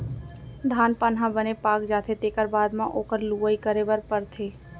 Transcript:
धान पान ह बने पाक जाथे तेखर बाद म ओखर लुवई करे बर परथे